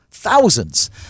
Thousands